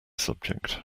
subject